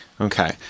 Okay